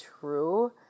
true